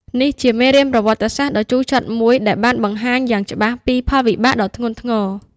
នេះជាមេរៀនប្រវត្តិសាស្ត្រដ៏ជូរចត់មួយ ដែលបានបង្ហាញយ៉ាងច្បាស់ពីផលវិបាកដ៏ធ្ងន់ធ្ងរ។